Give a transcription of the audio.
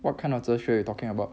what kind of 哲学 you talking about